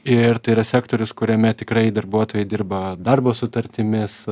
ir tai yra sektorius kuriame tikrai darbuotojai dirba darbo sutartimis